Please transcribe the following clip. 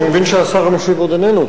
אני מבין שהשר המשיב עוד איננו,